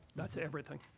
that's everything.